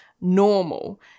normal